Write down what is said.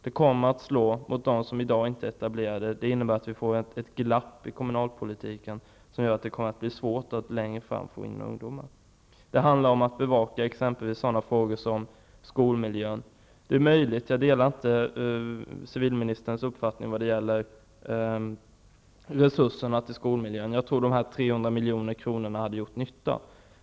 Det kommer att slå mot dem som i dag inte är etablerade, och det innebär att vi kommer att få ett glapp i kommunalpolitiken som gör det svårt att längre fram få in ungdomar. Det handlar om att bevaka sådana frågor som exempelvis skolmiljön. Jag delar inte civilministerns uppfattning när det gäller resurserna till skolmiljön. Jag tror att dessa 300 milj.kr. hade gjort nytta.